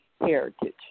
heritage